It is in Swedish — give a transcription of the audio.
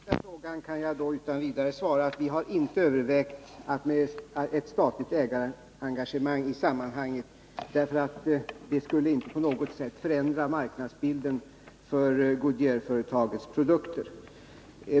Herr talman! På den sista frågan kan jag utan vidare svara att vi inte har övervägt ett statligt ägarengagemang. Det skulle nämligen inte på något sätt förändra marknadsbilden för Goodyearföretagets produkter.